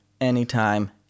anytime